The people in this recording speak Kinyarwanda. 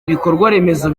ibikorwaremezo